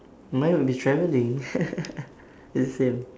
mine will be travelling is the same